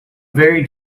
very